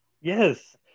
Yes